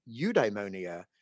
eudaimonia